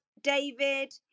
David